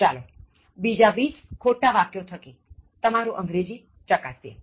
ચાલો બીજા 20 ખોટા વાક્યો થકી તમારું અંગ્રેજી ચકાસીએ